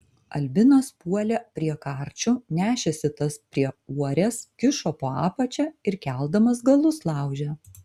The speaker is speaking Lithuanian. albinas puolė prie karčių nešėsi tas prie uorės kišo po apačia ir keldamas galus laužė